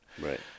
right